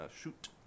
shoot